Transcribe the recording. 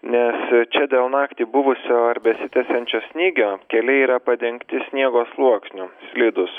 nes čia dėl naktį buvusio ar besitęsiančio snygio keliai yra padengti sniego sluoksniu slidūs